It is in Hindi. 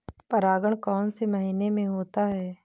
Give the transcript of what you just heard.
परागण कौन से महीने में होता है?